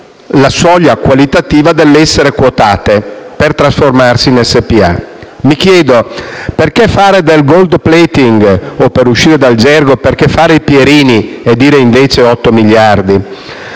la soglia qualitativa dell'essere quotate per trasformarsi in società per azioni. Mi chiedo: perché fare del *gold-plating*, o, per uscire dal gergo, perché fare i "pierini", e dire invece 8 miliardi?